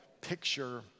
picture